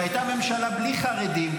שהייתה ממשלה בלי חרדים,